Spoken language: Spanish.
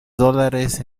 dólares